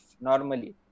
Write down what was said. normally